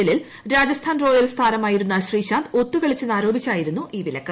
എല്ലിൽ രാജസ്ഥാന് റോയൽസ് താരമായിരുന്ന ശ്രീശാന്ത് ഒത്തുകളിച്ചെന്ന് ആരോപിച്ചായിരുന്നു ഈ വിലക്ക്